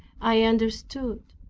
i understood,